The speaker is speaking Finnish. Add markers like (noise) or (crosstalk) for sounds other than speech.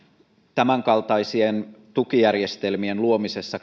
tämänkaltaisien tukijärjestelmien luomisessa (unintelligible)